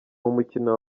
umukino